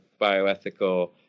bioethical